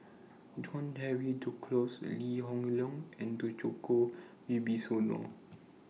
John Henry Duclos Lee Hoon Leong and Djoko Wibisono